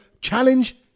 challenge